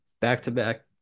back-to-back